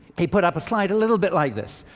he put up a slide a little bit like this.